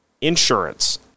insurance